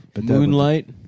Moonlight